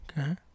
Okay